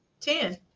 ten